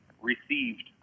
received